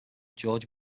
george